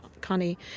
Connie